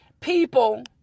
people